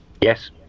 Yes